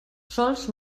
sols